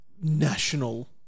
national